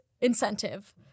incentive